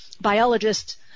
Biologists